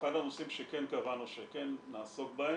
אחד הנושאים שכן קבענו שכן נעסוק בהם,